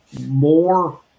more